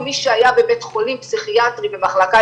מי שהיה בבית חולים פסיכיאטרי במחלקה